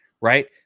right